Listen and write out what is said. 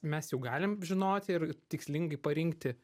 mes mes jau galim žinoti ir tikslingai parinkti